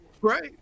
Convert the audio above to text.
Right